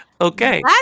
Okay